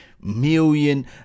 million